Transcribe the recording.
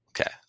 okay